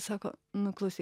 sako nu klausyk